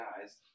guys